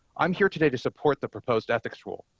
i'm here today to support the proposed ethics rule.